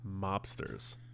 Mobsters